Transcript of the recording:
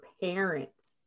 parents